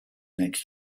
next